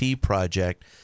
project